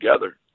together